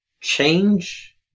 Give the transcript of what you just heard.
Change